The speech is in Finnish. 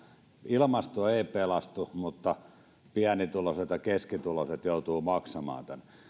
ilmasto ei pelastu mutta pienituloiset ja keskituloiset joutuvat maksamaan tämän